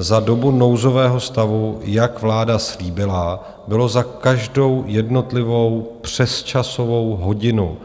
Za dobu nouzového stavu, jak vláda slíbila, bylo za každou jednotlivou přesčasovou hodinu